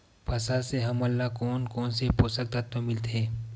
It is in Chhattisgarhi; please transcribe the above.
फसल से हमन ला कोन कोन से पोषक तत्व मिलथे?